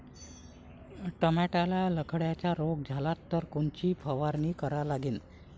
टमाट्याले लखड्या रोग झाला तर कोनची फवारणी करा लागीन?